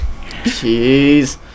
Jeez